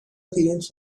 پرینت